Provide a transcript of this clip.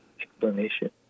explanation